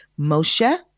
moshe